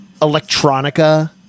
electronica